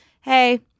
hey